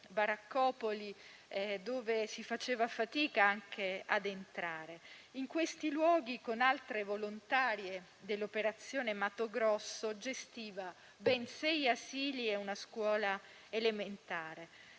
baraccopoli, dove si faceva fatica anche ad entrare. In questi luoghi, con altre volontarie dell'operazione Mato Grosso, gestiva ben sei asili e una scuola elementare.